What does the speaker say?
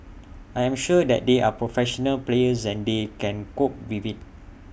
I am sure that they are professional players and they can cope with IT